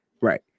Right